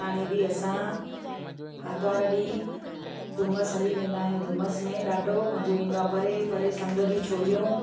हाणे बि असां आरितवारु ॾींहुं डूमस हली वेंदा आहियूं डूमस में ॾाढो मज़ो ईंदो आहे परे परे समुंड जी छोलियूं